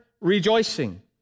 rejoicing